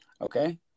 Okay